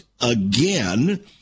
again